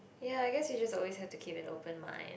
ya I guess you just always have to keep an open mind